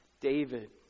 David